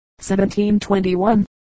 1721